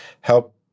help